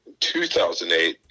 2008